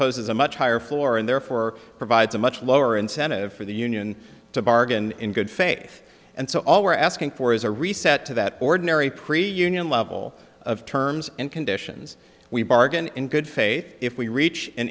poses a much higher floor and therefore provides a much lower incentive for the union to bargain in good faith and so all we're asking for is a reset to that ordinary preview union level of terms and conditions we bargain in good faith if we reach